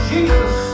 Jesus